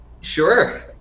sure